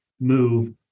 move